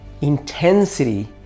intensity